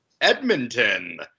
Edmonton